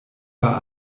war